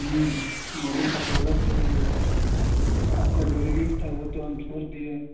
Mobil का तो अलग से लगेगा आपका जो रिलिस्ट है वह तो हम छोड़ दिए हैं